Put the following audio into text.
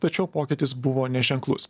tačiau pokytis buvo neženklus